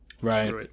right